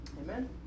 Amen